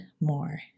more